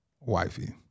wifey